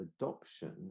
adoption